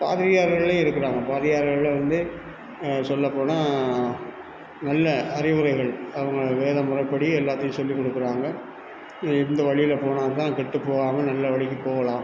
பாதிரியார்கள்லேயும் இருக்கிறாங்க பாதிரியார்கள்ல வந்து சொல்லப்போனால் நல்ல அறிவுரைகள் அவங்கள் வேத முறைப்படி எல்லாத்தையும் சொல்லி கொடுக்குறாங்க இந்த வழியில போனால் தான் கெட்டு போகாமல் நல்ல வழிக்கு போகலாம்